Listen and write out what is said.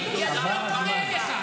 חבר הכנסת טיבי, עבר הזמן.